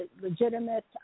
legitimate